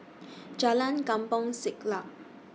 Jalan Kampong Siglap